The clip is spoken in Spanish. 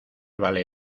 vale